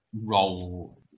role